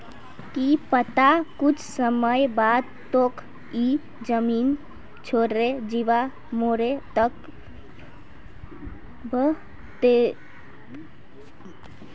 की पता कुछ समय बाद तोक ई जमीन छोडे जीवा पोरे तब खेती टिकाऊ नी रह छे